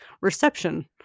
reception